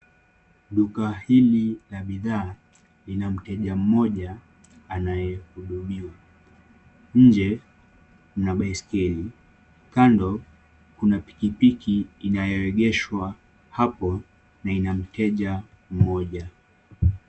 Duka hili la bidhaa lina mteja mmoja anayehudumiwa. Nje kuna baiskeli, kando kuna pikipiki inayoegeshwa hapo na ina mteja mmoja.